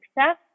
success